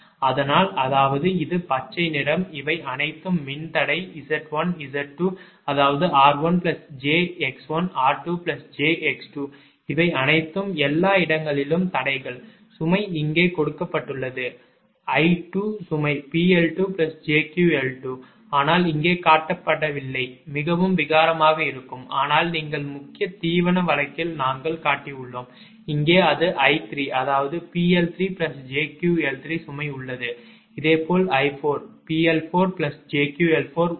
அதனால் அதாவது இது பச்சை நிறம் இவை அனைத்தும் மின்தடை 𝑍1 𝑍2 அதாவது 𝑟1 𝑗𝑥1 𝑟2 𝑗𝑥2 இவை அனைத்தும் எல்லா இடங்களிலும் தடைகள் சுமை இங்கே கொடுக்கப்பட்டுள்ளது 𝑖2 சுமை 𝑃𝐿2 𝑗𝑄𝐿2 ஆனால் இங்கே காட்டப்படவில்லை மிகவும் விகாரமாக இருக்கும் ஆனால் நீங்கள் முக்கிய தீவன வழக்கில் நாங்கள் காட்டியுள்ளோம் இங்கே அது 𝑖3 அதாவது 𝑃𝐿3 𝑗𝑄𝐿3 சுமை உள்ளது இதேபோல் 𝑖4 𝑃𝐿4 𝑗𝑄𝐿4 உள்ளது